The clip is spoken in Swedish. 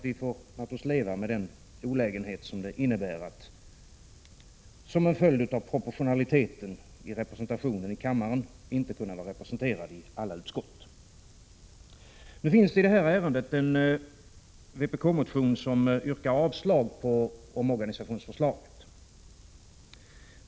Vi får därför leva med den olägenhet som det innebär att som en följd av proportionaliteten i representationen i kammaren inte kunna vara representerade i alla utskott. Nu finns i detta ärende en vpk-motion i vilken yrkas avslag på omorganisationsförslaget.